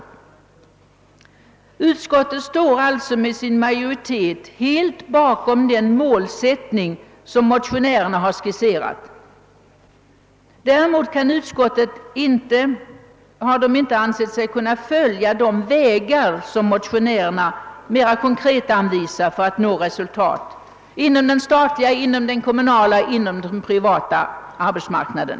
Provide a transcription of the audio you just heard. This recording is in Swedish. Utskottets majoritet står alltså helt bakom den målsättning som motionärerna har skisserat. Däremot har utskottet inte ansett sig kunna följa de konkreta vägar som motionärerna anvisar för att nå resultat inom den statliga, inom den kommunala och inom den privata arbetsmarknaden.